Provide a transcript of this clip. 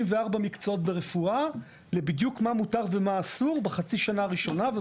מקצועות ברפואה בדיוק מה מותר ומה אסור בחצי השנה הראשונה.